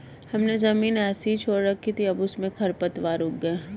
हमने ज़मीन ऐसे ही छोड़ रखी थी, अब उसमें खरपतवार उग गए हैं